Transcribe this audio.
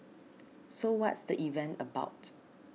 so what's the event about